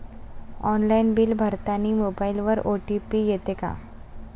Online bill भरतानी मोबाईलवर OTP येते का?